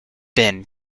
ben